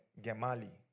Gemali